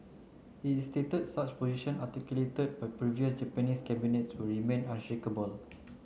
it stated that such position articulated by previous Japanese cabinets will remain unshakeable